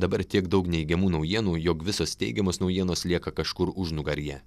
dabar tiek daug neigiamų naujienų jog visos teigiamos naujienos lieka kažkur užnugaryje